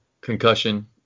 concussion